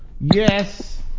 yes